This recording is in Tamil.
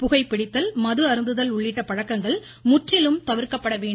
புகை பிடித்தல் மது அருந்துதல் உள்ளிட்ட பழக்கங்கள் முற்றிலும் தவிர்க்கப்பட வேண்டும்